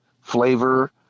flavor